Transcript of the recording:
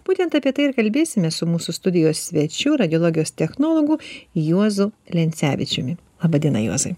būtent apie tai ir kalbėsimės su mūsų studijos svečiu radiologijos technologu juozu lencevičiumi laba diena juozai